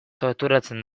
torturatzen